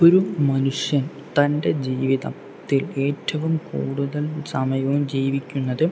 ഒരു മനുഷ്യൻ തൻ്റെ ജീവിതത്തിൽ ഏറ്റവും കൂടുതൽ സമയവും ജീവിക്കുന്നത്